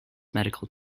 medical